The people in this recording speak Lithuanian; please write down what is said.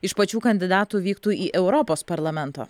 iš pačių kandidatų vyktų į europos parlamento